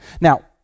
Now